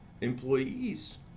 employees